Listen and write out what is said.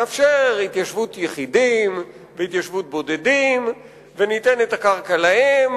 נאפשר התיישבות יחידים והתיישבות בודדים וניתן את הקרקע להם,